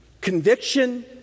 Conviction